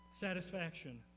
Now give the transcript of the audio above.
satisfaction